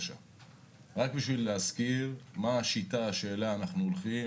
כדי להזכיר מה השיטה אליה אנחנו הולכים,